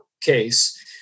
case